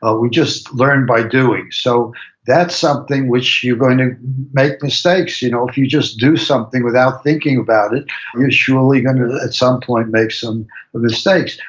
ah we just learn by doing. so that's something which you're going to make mistakes. you know if you just do something without thinking about, you're you're surely going to, at some point, make some mistakes,